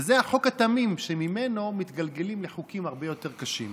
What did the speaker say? וזה החוק התמים שממנו מתגלגלים לחוקים הרבה יותר קשים.